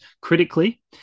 Critically